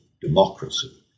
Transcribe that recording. democracy